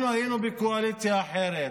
אנחנו היינו בקואליציה אחרת.